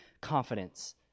confidence